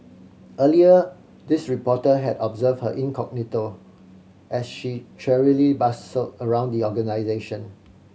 earlier this reporter had observed her incognito as she cheerily bustled around the organisation